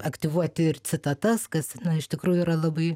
aktyvuoti ir citatas kas iš tikrųjų yra labai